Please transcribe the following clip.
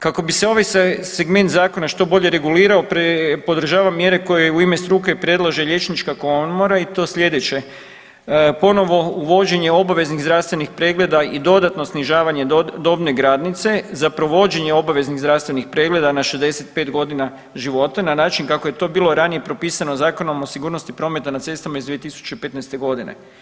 Kako bi se ovaj segment zakona što bolje regulirao podržavam mjere koje u ime struke predlaže Liječnička komora i to sljedeće: ponovo uvođenje obveznih zdravstvenih pregleda i dodatno snižavanje dobne granice za provođenje obveznih zdravstvenih pregleda na 65 godina života na način kako je to ranije bilo propisano Zakonom o sigurnosti prometa na cestama iz 2015. godine.